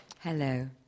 Hello